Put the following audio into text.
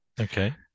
okay